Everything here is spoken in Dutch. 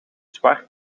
zwart